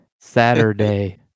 Saturday